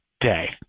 day